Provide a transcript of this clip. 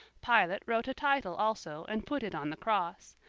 pilate wrote a title also, and put it on the cross.